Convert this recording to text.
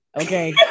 Okay